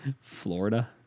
Florida